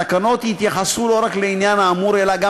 התקנות יתייחסו לא רק לעניין האמור אלא גם